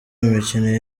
mikino